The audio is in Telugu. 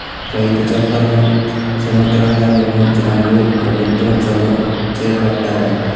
రైతు చట్టాలను సమగ్రంగా నిర్వహించడంలో ప్రభుత్వం చొరవ చేపట్టాలె